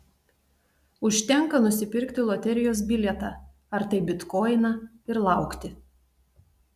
užtenka nusipirkti loterijos bilietą ar tai bitkoiną ir laukti